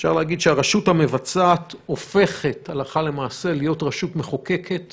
אפשר להגיד שהרשות המבצעת הופכת להיות רשות מחוקקת